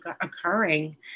occurring